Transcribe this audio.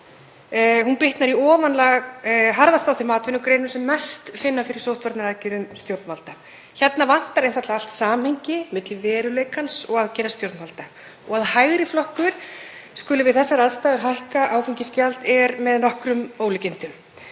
bitnar í ofanálag harðast á þeim atvinnugreinum sem mest finna fyrir sóttvarnaaðgerðum stjórnvalda. Hérna vantar einfaldlega allt samhengi milli veruleikans og aðgerða stjórnvalda. Og að hægri flokkur skuli við þessar aðstæður hækka áfengisgjald er með nokkrum ólíkindum.